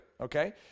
Okay